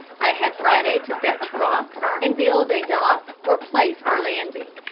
i had friday to fetch rocks and build a dock or place for landing.